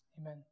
amen